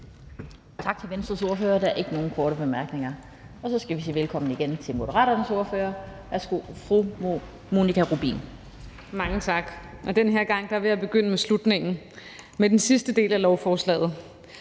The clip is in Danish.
Tak til Venstres ordfører. Der er ikke nogen korte bemærkninger. Så skal vi igen sige velkommen til Moderaternes ordfører. Værsgo, fru Monika Rubin. Kl. 12:24 (Ordfører) Monika Rubin (M): Mange tak. Den her gang vil jeg begynde med slutningen, altså med den sidste del af lovforslaget.